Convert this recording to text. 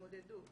להתמודדות.